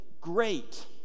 great